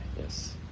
Yes